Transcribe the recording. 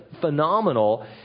phenomenal